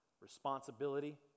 Responsibility